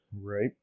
Right